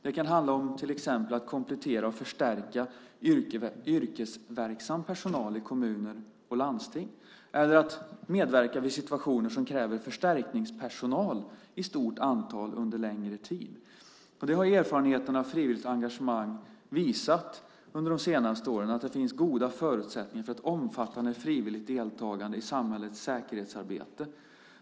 Det kan handla om att till exempel komplettera och förstärka yrkesverksam personal i kommuner och landsting eller att medverka i situationer som kräver förstärkningspersonal i stort antal under längre tid. Erfarenheterna av frivilligt engagemang under de senaste åren har visat att det finns goda förutsättningar för ett omfattande frivilligt deltagande i samhällets säkerhetsarbete.